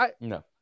No